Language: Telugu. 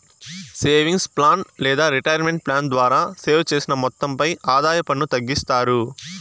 సేవింగ్స్ ప్లాన్ లేదా రిటైర్మెంట్ ప్లాన్ ద్వారా సేవ్ చేసిన మొత్తంపై ఆదాయ పన్ను తగ్గిస్తారు